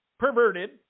perverted